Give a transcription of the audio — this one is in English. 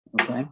okay